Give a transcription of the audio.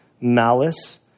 malice